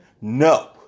No